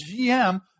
GM